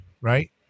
right